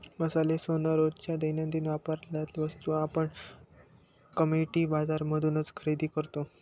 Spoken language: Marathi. मसाले, सोन, रोजच्या दैनंदिन वापरातल्या वस्तू आपण कमोडिटी बाजार मधूनच खरेदी करतो